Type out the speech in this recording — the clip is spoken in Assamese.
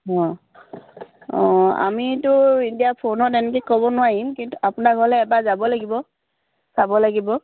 অঁ অঁ আমিতো এতিয়া ফোনত এনেকৈ ক'ব নোৱাৰিম কিন্তু আপোনাৰ ঘৰলৈ এবাৰ যাব লাগিব চাব লাগিব